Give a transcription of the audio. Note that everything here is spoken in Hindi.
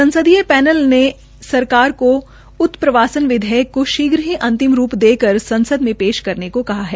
संसदीय प्रैनल ने सरकार को उत्प्रवासन विधेयक को शीघ्र ही अंतिम रूप देकर संसद मे पेश करने को कहा है